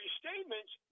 statements